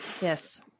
Yes